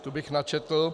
Tu bych načetl.